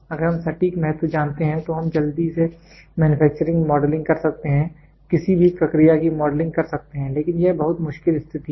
अगर हम सटीक महत्व जानते हैं तो हम जल्दी से मैन्युफैक्चरिंग मॉडलिंग कर सकते हैं किसी भी प्रक्रिया की मॉडलिंग कर सकते हैं लेकिन यह बहुत मुश्किल स्थिति है